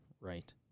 Right